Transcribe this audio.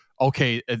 okay